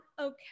Okay